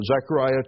Zechariah